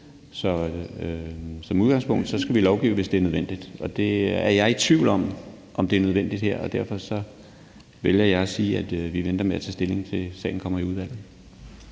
så som udgangspunkt skal vi lovgive, hvis det er nødvendigt. Og jeg er i tvivl om, om det er nødvendigt her. Derfor vælger jeg at sige, at vi venter med at tage stilling, til sagen kommer i udvalget.